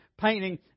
painting